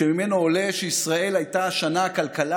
וממנה עולה שישראל הייתה השנה הכלכלה